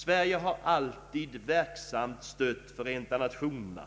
Sverige har alltid verksamt stött Förenta nationerna,